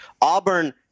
Auburn